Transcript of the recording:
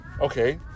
Okay